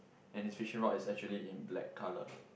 and his fishing rod is actually in black colour